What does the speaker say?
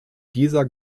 dieser